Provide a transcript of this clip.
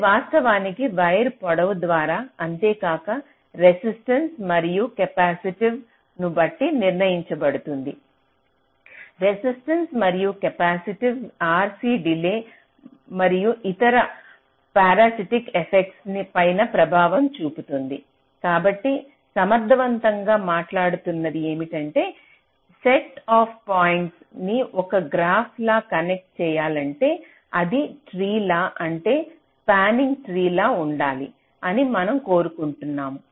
ఇది వాస్తవానికి వైర్ పొడవు ద్వారా అంతేకాక రెసిస్టెన్స్ మరియు కెపాసిటివ్ ను బట్టి నిర్ణయించబడుతుంది రెసిస్టెన్స్ మరియు కెపాసిటివ్ RC డిలే మరియు ఇతర పారాసిటిక్ ఎఫెక్ట్స్ పైన ప్రభావం చూపుతుంది కాబట్టి సమర్థవంతం గా మాట్లాడుతున్నది ఏమంటే సెట్ ఆఫ్ పాయింట్స్ ని ఒక గ్రాఫ్ లా కనెక్ట్ చేయాలంటే అదీ ట్రీ లా అంటే స్పానింగ్ ట్రీ లా ఉండాలి అని మనం కోరుకుంటాము